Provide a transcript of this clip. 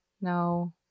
No